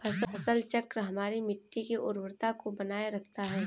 फसल चक्र हमारी मिट्टी की उर्वरता को बनाए रखता है